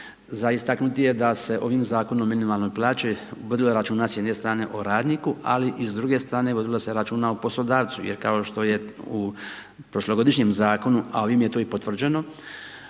za istaknuti je da se ovim Zakonom o minimalnoj plaći, vodilo računa s jedne strane o radniku, ali i s druge strane vodilo se računa o poslodavcu, jer kao što je u prošlogodišnjem zakonu, a ovim je to potvrđeno,